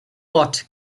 what